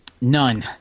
None